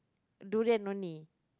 durian only